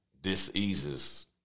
diseases